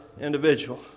individual